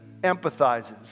empathizes